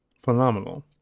phenomenal